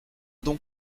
donc